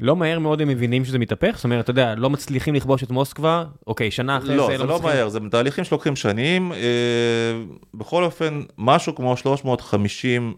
לא מהר מאוד מבינים שזה מתהפך זאת אומרת אתה יודע, מצליחים לכבוש את מוסקבה, אוקיי שנה אחרי. זה, לא מהר זה תהליכים שלוקחים שנים, בכל אופן משהו כמו 350.